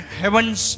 heavens